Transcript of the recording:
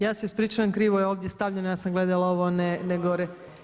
Ja se ispričavam krivo je ovdje stavljeno, ja sam gledala ovo, a ne gore.